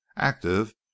Active